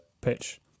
pitch